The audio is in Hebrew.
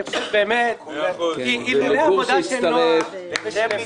אני חושב שאילולא העבדה של נועה לא היינו מגיעים עד כאן.